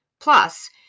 Plus